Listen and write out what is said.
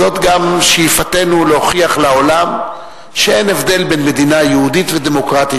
זאת גם שאיפתנו להוכיח לעולם שאין הבדל בין מדינה יהודית ודמוקרטית,